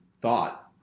thought